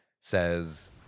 says